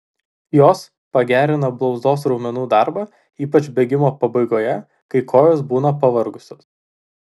jos pagerina blauzdos raumenų darbą ypač bėgimo pabaigoje kai kojos būna pavargusios